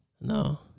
No